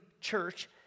church